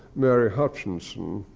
mary hutchinson,